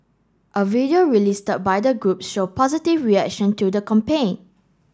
a video release by the group show positive reaction to the compaign